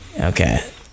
Okay